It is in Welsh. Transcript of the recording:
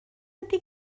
ydy